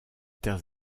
terres